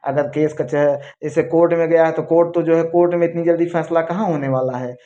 अगर केस कचह जैसे कोर्ट में गया तो कोर्ट तो जो है कोर्ट में इतनी जल्दी फैसला कहाँ होने वाला है